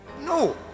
No